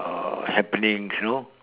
uh happenings you know